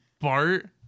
Bart